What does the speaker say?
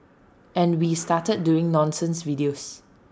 and we started doing nonsense videos